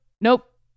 nope